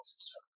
System